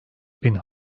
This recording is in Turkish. bin